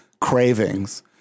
cravings